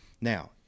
Now